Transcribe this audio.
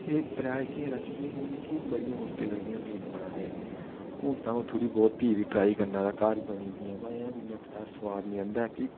एह् त्रै जेह्कियां रैसपियां हियां मिकी बड़ी मुश्कल लगदियां होंदियां बनाने ई हून तां अ'ऊँ थोह्ड़ी बोहत फ्ही बी ट्राई करना ते घर बनी जंदियां ब अज्जें बी खैह्र इन्ना सुआद नेईँ औंदा कि